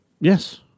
Yes